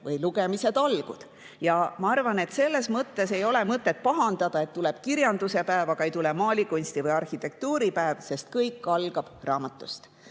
ettelugemise talguid. Ma arvan, et selles mõttes ei ole mõtet pahandada, et tuleb kirjanduse päev, aga ei tule maalikunsti või arhitektuuri päev, sest kõik algab raamatust.